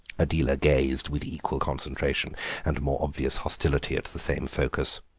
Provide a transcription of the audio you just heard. adela gazed with equal concentration and more obvious hostility at the same focus.